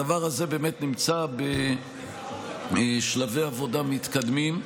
הדבר הזה באמת נמצא בשלבי עבודה מתקדמים.